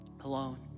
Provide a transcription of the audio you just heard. alone